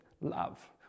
love